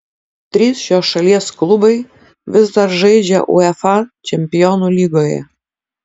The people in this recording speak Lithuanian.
trys šios šalies klubai vis dar žaidžia uefa čempionų lygoje